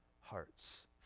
hearts